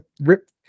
rip